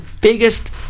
biggest